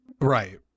right